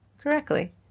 correctly